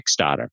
kickstarter